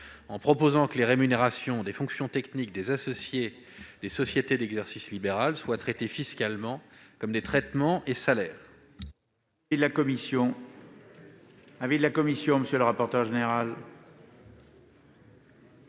en proposant que les rémunérations des fonctions techniques des associés des sociétés d'exercice libéral soient traitées fiscalement comme des traitements et salaires.